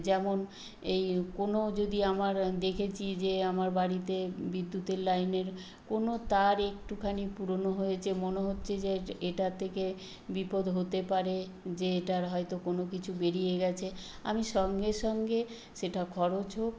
যেমন এই কোনও যদি আমার দেখেছি যে আমার বাড়িতে বিদ্যুতের লাইনের কোনও তার একটুখানি পুরোনো হয়েছে মনে হচ্ছে যে এটার থেকে বিপদ হতে পারে যে এটার হয়তো কোনো কিছু বেরিয়ে গেছে আমি সঙ্গে সঙ্গে সেটা খরচ হোক